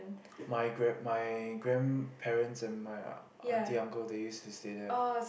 my grand my grandparents and my auntie uncle they use to stay there